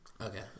Okay